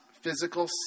physical